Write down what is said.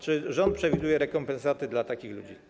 Czy rząd przewiduje rekompensaty dla takich ludzi?